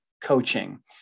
coaching